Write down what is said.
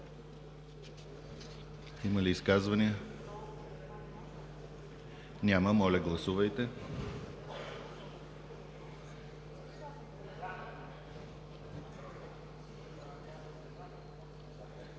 Има ли изказвания? Няма. Моля, гласувайте.